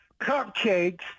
cupcakes